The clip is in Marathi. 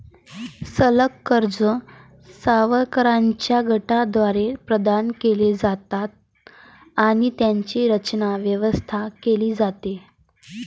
संलग्न कर्जे सावकारांच्या गटाद्वारे प्रदान केली जातात आणि त्यांची रचना, व्यवस्था केली जाते